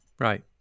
Right